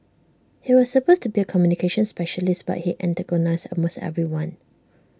he was supposed to be A communications specialist but he antagonised almost everyone